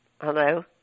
Hello